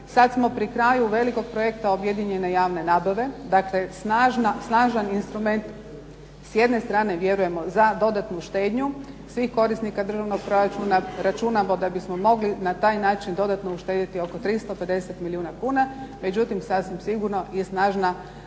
Sad smo pri kraju velikog projekta objedinjene javne nabave. Dakle, snažan instrument s jedne strane vjerujemo za dodatnu štednju svih korisnika državnog proračuna. Računamo da bismo mogli na taj način dodatno uštedjeti oko 350 milijuna kuna. Međutim, sasvim sigurno i snažna